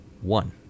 one